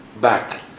back